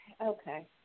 Okay